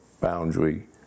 boundary